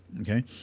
okay